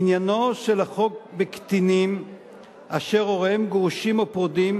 עניינו של החוק בקטינים אשר הוריהם גרושים או פרודים,